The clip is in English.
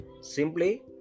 Simply